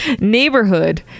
neighborhood